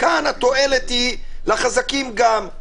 פה התועלת היא לחזקים גם.